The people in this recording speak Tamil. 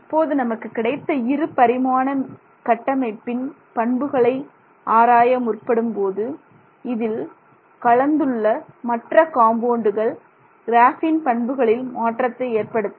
இப்போது நமக்கு கிடைத்த இருபரிமாண கட்டமைப்பின் பண்புகளை ஆராய முற்படும் போது இதில் கலந்துள்ள மற்ற காம்பவுண்டுகள் கிராஃபீனின் பண்புகளில் மாற்றத்தை ஏற்படுத்தும்